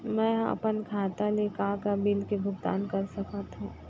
मैं ह अपन खाता ले का का बिल के भुगतान कर सकत हो